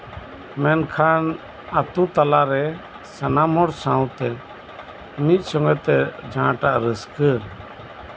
ᱢᱮᱱᱠᱷᱟᱱ ᱟᱛᱩ ᱛᱟᱞᱟ ᱨᱮ ᱥᱟᱱᱟᱢ ᱦᱚᱲ ᱥᱟᱱᱟᱢ ᱦᱚᱲ ᱥᱟᱶᱛᱮ ᱢᱤᱫ ᱥᱚᱸᱜᱮ ᱛᱮ ᱡᱟᱦᱟᱸᱴᱟᱜ ᱨᱟᱹᱥᱠᱟᱹ